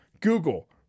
Google